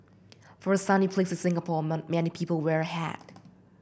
for a sunny place as Singapore not many people wear hat